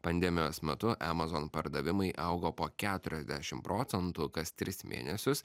pandemijos metu amazon pardavimai augo po keturiasdešim procentų kas tris mėnesius